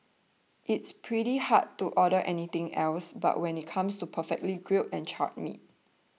it's pretty hard to order anything else when it comes to perfectly grilled and charred meats